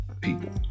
people